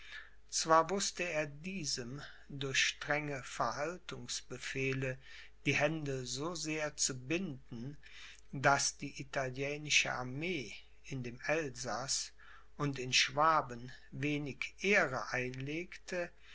zwar wußte er diesem durch strenge verhaltungsbefehle die hände so sehr zu binden daß die italienische armee in dem elsaß und in schwaben wenig ehre einlegte